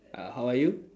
uh how are you